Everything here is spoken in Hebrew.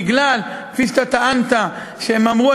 מפני שהם אמרו,